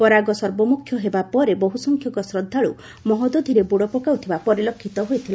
ପରାଗ ସର୍ବମୋକ୍ଷ ହେବା ପରେ ବହୁ ସଂଖ୍ୟକ ଶ୍ରଦ୍ଧାଳୁ ମହୋଦଧିରେ ବୁଡ ପକାଉଥିବା ପରିଲକ୍ଷିତ ହୋଇଥିଲା